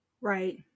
right